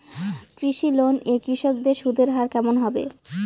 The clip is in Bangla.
কৃষি লোন এ কৃষকদের সুদের হার কেমন হবে?